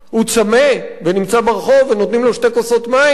הוא צמא ונמצא ברחוב ונותנים לו שתי כוסות מים,